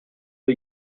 the